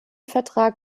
vertrag